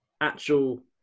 actual